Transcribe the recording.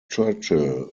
churchill